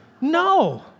No